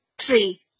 three